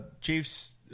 Chiefs